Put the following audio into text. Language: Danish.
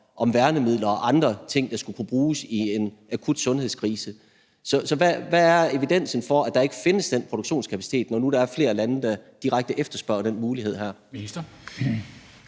om værnemidler og andre ting, der skal bruges i en akut sundhedskrise. Så hvad er evidensen for, at der ikke findes den produktionskapacitet, når nu der er flere lande, der direkte efterspørger den her mulighed?